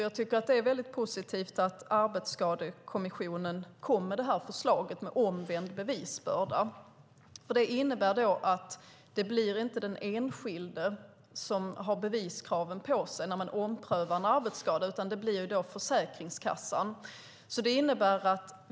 Jag tycker att det är väldigt positivt att Arbetsskadekommissionen kom med förslaget om omvänd bevisbörda. Det innebär att det inte blir den enskilde som har beviskraven på sig när man omprövar en arbetsskada, utan det blir Försäkringskassan.